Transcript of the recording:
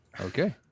Okay